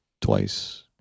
twice